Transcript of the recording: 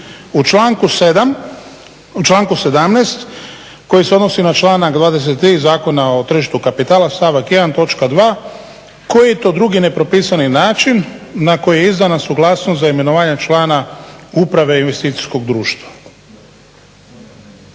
U članku 17. koji se odnosi na članak 23. Zakona o tržištu kapitala stavak 1. točka 2. koji je to drugi nepropisani način na koji je izdana suglasnost za imenovanje člana uprave investicijskog društva.